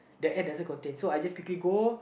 the air doesn't contain so I just quickly go